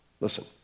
Listen